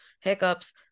hiccups